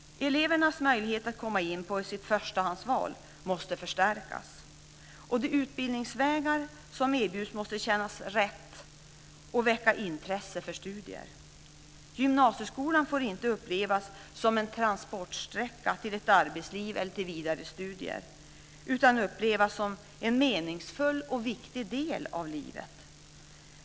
Elevernas möjligheter att komma in på sina förstahandsval måste förstärkas. De utbildningsvägar som erbjuds måste kännas rätt och väcka intresse för studier. Gymnasieskolan får inte upplevas som en transportsträcka till ett arbetsliv eller till vidare studier. Den ska upplevas som en meningsfull och viktig del av livet.